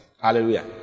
Hallelujah